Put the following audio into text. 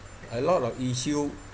a lot of issue